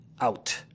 out